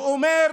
ואמר: